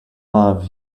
love